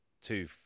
two